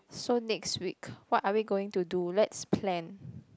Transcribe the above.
so next week what are we going to do let's plan